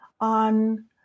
on